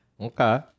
Okay